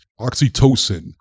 oxytocin